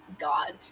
god